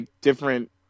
different